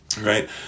Right